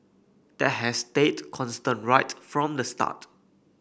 that has stayed constant right from the start